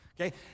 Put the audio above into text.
Okay